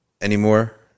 anymore